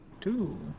Two